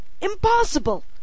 Impossible